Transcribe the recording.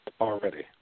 already